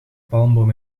palmboom